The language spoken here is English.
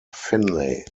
finley